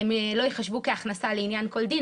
לא ייחשבו כהכנסה לעניין כל דין,